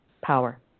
power